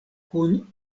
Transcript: kun